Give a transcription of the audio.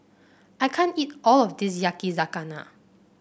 I can't eat all of this Yakizakana